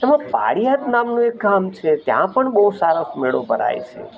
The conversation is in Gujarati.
તેમાં પાળિયાદ નામનું એક ગામ છે ત્યાં પણ બહુ સરસ મેળો ભરાય છે